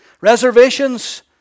Reservations